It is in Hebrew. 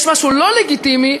יש משהו לא לגיטימי,